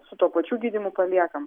su tuo pačiu gydymu paliekam